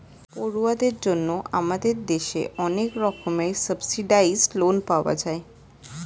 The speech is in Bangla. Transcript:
পড়ুয়াদের জন্য আমাদের দেশে অনেক রকমের সাবসিডাইস্ড্ লোন পাওয়া যায়